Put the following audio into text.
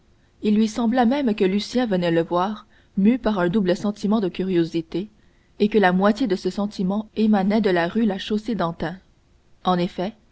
il lui sembla même que lucien venait le voir mû par un double sentiment de curiosité et que la moitié de ce sentiment émanait de la rue de la chaussée-d'antin en effet